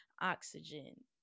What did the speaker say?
oxygen